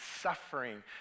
suffering